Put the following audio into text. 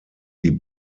die